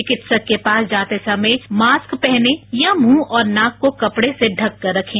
चिकित्सक के पास जाते समय मास्क पहनें या मुंह और नाक को कपड़े से ढककर रखें